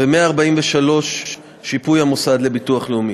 ו-143 (שיפוי המוסד לביטוח לאומי).